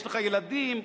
יש לךָ ילדים,